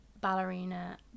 ballerina